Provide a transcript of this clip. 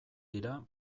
dira